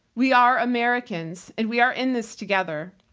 we are americans and we are in this together.